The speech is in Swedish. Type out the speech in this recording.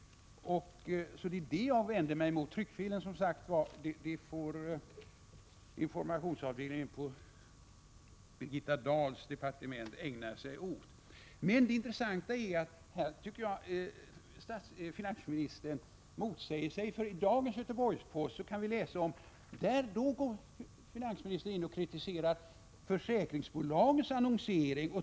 Det är alltså detta som jag vänder mig emot. Tryckfelen får informationsavdelningen på Birgitta Dahls departement ägna sig åt. Jag tycker att finansministern motsäger sig själv, för i dagens nummer av Göteborgs-Posten kritiserar finansministern försäkringsbolagens annonsering.